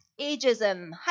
ageism